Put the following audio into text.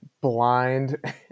blind